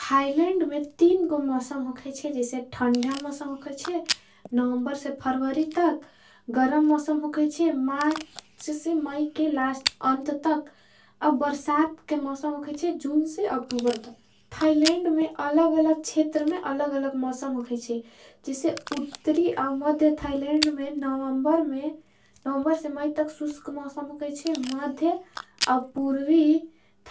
थाइलन्ड में तीन गो मौसम हो कहिंचे जिसे ठंड्या मौसम हो कहिंचे। नौवंबर से फर्वरी तक गरम मौसम हो कहिंचे मार्च से माई के अंत। तक बरसाथ के मौसम हो कहिंचे जून से अक्टूबर तक थाइलन्ड। में अलग अलग छ्षेतर में अलगअलग मौसम हो कहींचे जिसे। उत्री और मद्य थाइलन्ड में नौवंबर में नवमबर से माई तक सुष्क। मासम हो कयच्चे मद्धे अव पूर्वी